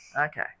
Okay